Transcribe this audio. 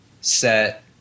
set